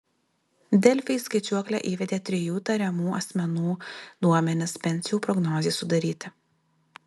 delfi į skaičiuoklę įvedė trijų tariamų asmenų duomenis pensijų prognozei sudaryti